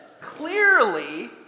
Clearly